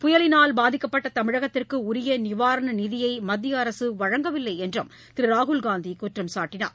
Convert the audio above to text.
புயலினால் பாதிக்கப்பட்ட தமிழகத்திற்கு உரிய நிவாரண நிதியை மத்திய அரசு வழங்கவில்லை என்றும் திரு ராகுல் காந்தி குற்றம்சாட்டினார்